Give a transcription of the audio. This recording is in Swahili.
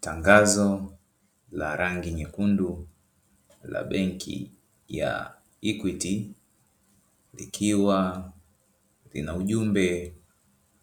Tangazo la rangi nyekundu la benki ya "equity", likiwa linaujumbe